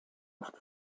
oft